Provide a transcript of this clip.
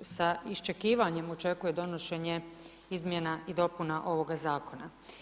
sa iščekivanjem očekuje donošenje izmjena i dopuna ovoga zakona.